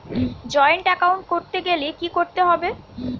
Joint account করতে গেলে কি করতে হবে?